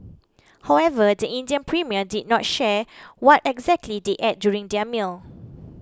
however the Indian Premier did not share what exactly they ate during their meal